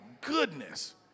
goodness